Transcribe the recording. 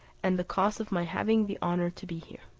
and the cause of my having the honour to be here.